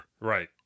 Right